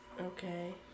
okay